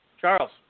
Charles